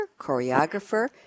choreographer